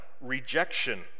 rejection